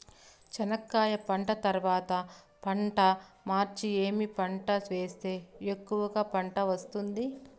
చెనక్కాయ పంట తర్వాత పంట మార్చి ఏమి పంట వేస్తే ఎక్కువగా పంట వస్తుంది?